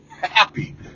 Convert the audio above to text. happy